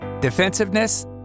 defensiveness